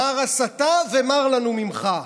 מר הסתה ומר לנו ממך,